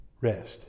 rest